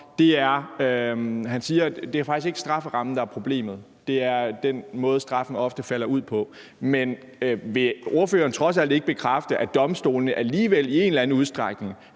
at det faktisk ikke er strafferammen, der er problemet, men at det er den måde, straffen ofte falder ud på. Men vil ordføreren trods alt ikke bekræfte, at domstolene i en eller anden udstrækning